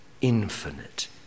infinite